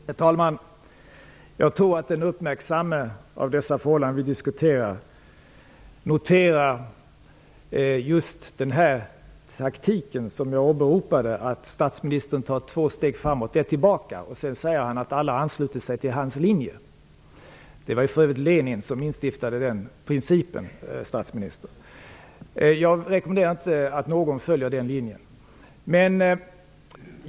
Herr talman! Jag tror att den som är uppmärksam på de förhållanden som vi diskuterar noterar att statsministern använder den teknik som jag åberopade. Han tar två steg framåt och ett tillbaka, och sedan säger han att alla har anslutit sig till hans linje. Det var för övrigt Lenin som instiftade den principen. Jag rekommenderar inte att någon skall följa den linjen.